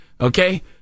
Okay